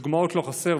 דוגמאות לא חסר,